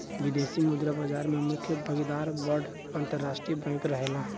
विदेशी मुद्रा बाजार में मुख्य भागीदार बड़ अंतरराष्ट्रीय बैंक रहेला